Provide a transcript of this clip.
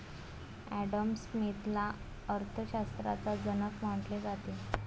Adam स्मिथला अर्थ शास्त्राचा जनक म्हटले जाते